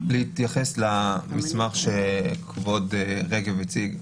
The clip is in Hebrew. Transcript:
להתייחס למסמך שכבוד רגב הציג.